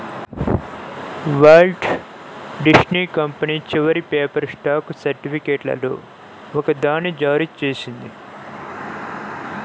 Walt Disney company చివరి paper stock సర్టిఫికేట్లలో ఒకదాన్ని జారీ చేసింది